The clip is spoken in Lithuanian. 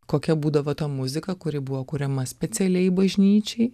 kokia būdavo ta muzika kuri buvo kuriama specialiai bažnyčiai